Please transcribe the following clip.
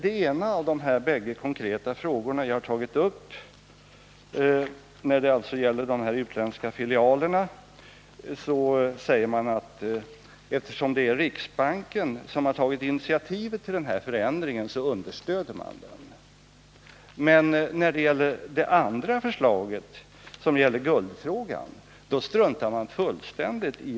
I en av de bägge konkreta frågor som jag har tagit upp, frågan om de utländska filialerna, säger utskottet att eftersom det är riksbanken som har tagit initiativ till förändringen understöder man den. Men riksbankens förslag beträffande guldfrågan struntar man fullständigt i.